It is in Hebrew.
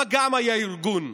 גם שם היה ארגון,